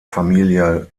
familie